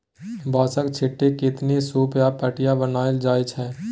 बाँसक, छीट्टा, छितनी, सुप आ पटिया बनाएल जाइ छै